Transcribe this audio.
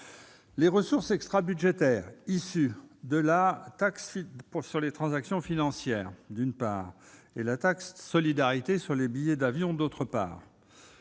Les ressources extrabudgétaires, issues de la taxe sur les transactions financières et de la taxe de solidarité sur les billets d'avion, sont,